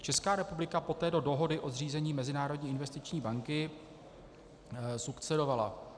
Česká republika poté do Dohody o zřízení Mezinárodní investiční banky sukcedovala.